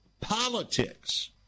Politics